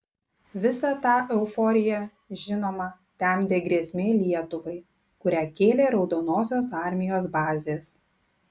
visą tą euforiją žinoma temdė grėsmė lietuvai kurią kėlė raudonosios armijos bazės